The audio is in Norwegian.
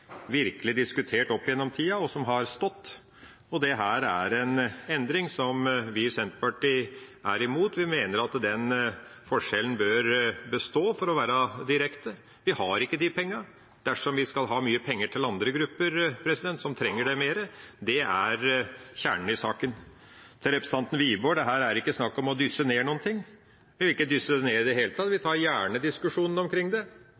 en endring som vi i Senterpartiet er imot. Vi mener at den forskjellen bør bestå, for å være direkte. Vi har ikke de pengene dersom vi skal ha mye penger til andre grupper som trenger det mer. Det er kjernen i saken. Til representanten Wiborg: Det er ikke snakk om å dysse ned noen ting. Vi vil ikke dysse det ned i det hele tatt, vi tar gjerne diskusjonen omkring det,